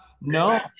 No